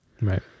Right